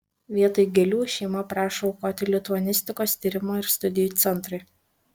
vietoj gėlių šeima prašo aukoti lituanistikos tyrimo ir studijų centrui